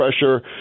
pressure